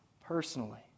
personally